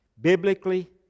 Biblically